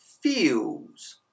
feels